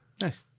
Nice